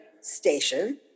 station